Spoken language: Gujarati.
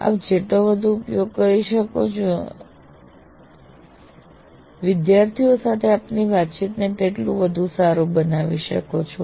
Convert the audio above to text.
આપ જેટલો વધુ ઉપયોગ કરી શકો છો વિદ્યાર્થીઓ સાથે આપની વાતચીતને તેટલી વધુ સારી બનાવી શકો છો